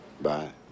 bye